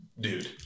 dude